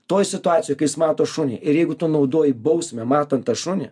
toj situacijoj kai jis mato šunį ir jeigu tu naudoji bausmę matant tą šunį